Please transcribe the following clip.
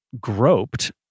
groped